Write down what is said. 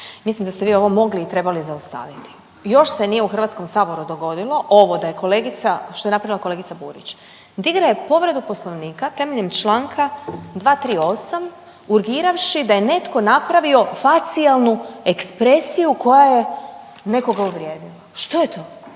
Mislim da ste vi ovo mogli i trebali zaustaviti. Još se nije u Hrvatskom saboru dogodilo ovo da je kolegica, što je napravila kolegica Burić. Digla je povredu Poslovnika temeljem članka 238. urgiravši da je netko napravio facijalnu ekspresiju koja je nekoga uvrijedila. Što je to?